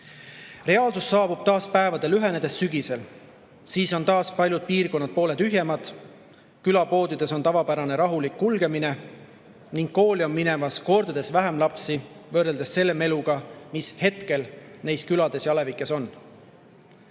Reaalsus saabub taas päevade lühenedes sügisel. Siis on taas paljud piirkonnad poole tühjemad. Külapoodides on tavapärane rahulik kulgemine ning kooli on minemas kordades vähem lapsi võrreldes selle meluga, mis praegu neis külades ja alevikes on.